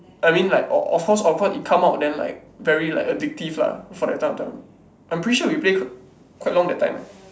I mean like o~ of course of course it come out then like very like addictive lah for that point of time I'm pretty sure we play quite long that time eh